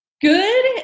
good